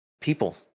people